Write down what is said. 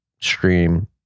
stream